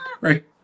right